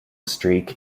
streak